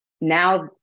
Now